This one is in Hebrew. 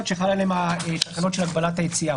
שחלות עליהן התקנות של הגבלת היציאה.